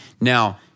Now